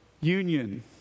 union